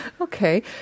Okay